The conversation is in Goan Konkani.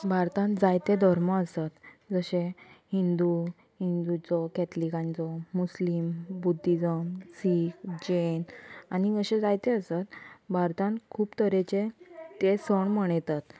भारतान जायते धर्म आसात जशे हिंदू हिंदुचो कॅथलिकांचो मुस्लीम बुद्दीजम सीख जैन आनी अशे जायते आसात बारतान खूब तरेचे ते सण मनयतात